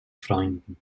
freunden